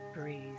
Breathe